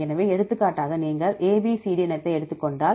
எனவே எடுத்துக்காட்டாக நீங்கள் ABCD இனத்தை எடுத்துக் கொண்டால்